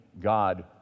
God